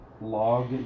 log